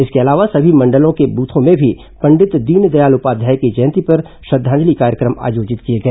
इसके अलावा सभी मंडलों के बूथों में भी पंडित दीनदयाल उपाध्याय की जयंती पर श्रद्धांजलि कार्यक्रम आयोजित किए गए